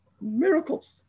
Miracles